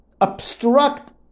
obstruct